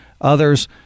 others